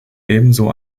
ebenso